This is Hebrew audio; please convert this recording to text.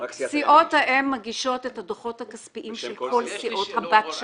סיעות האם מגישות את הדוחות הכספיים של כל סיעות הבת שלהן.